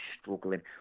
struggling